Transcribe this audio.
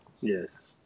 Yes